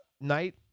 night